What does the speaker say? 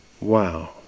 Wow